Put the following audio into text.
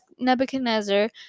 Nebuchadnezzar